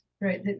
right